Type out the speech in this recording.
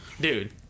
dude